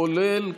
כולל,